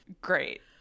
great